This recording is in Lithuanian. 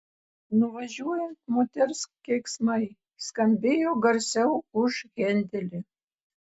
nuvažiuojant moters keiksmai skambėjo garsiau už hendelį